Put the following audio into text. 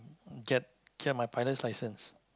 get get my pilot license